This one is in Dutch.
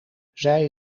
zij